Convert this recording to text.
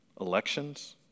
Elections